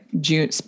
June